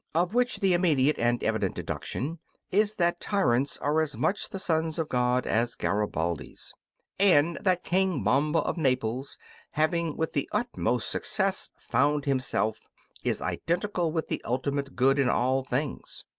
of which the immediate and evident deduction is that tyrants are as much the sons of god as garibaldis and that king bomba of naples having, with the utmost success, found himself is identical with the ultimate good in all things.